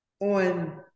on